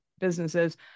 businesses